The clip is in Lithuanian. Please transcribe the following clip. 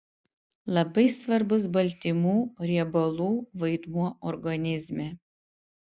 labai svarbus baltymų riebalų vaidmuo organizme